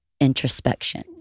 introspection